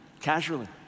casually